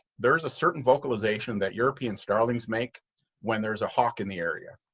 there's a certain vocalization that european starlings make when there's a hawk in the area.